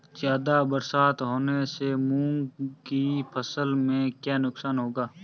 ज़्यादा बरसात होने से मूंग की फसल में क्या नुकसान होगा?